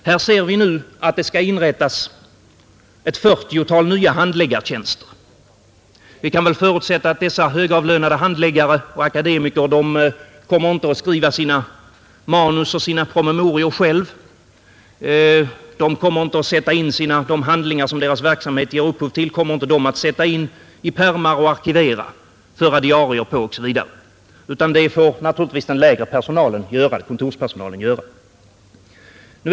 Här ser vi nu att det skall inrättas ett 40-tal nya handläggartjänster. Vi kan förutsätta att dessa högavlönade handläggare och akademiker inte kommer att skriva sina manus och promemorior själva. De handlingar som deras verksamhet ger upphov till kommer de inte själva att sätta in i pärmar och arkivera, föra diarier över osv., utan det får naturligtvis kontorspersonalen göra.